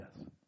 yes